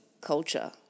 culture